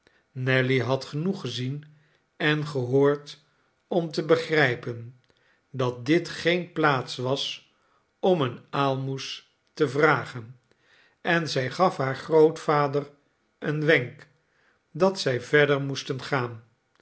nelly had genoeg gezien en gehoord om te begrijpen dat dit geene plaats was om eene aalmoes te vragen en zij gaf haar grootvader een wenk dat zij verder moesten gaan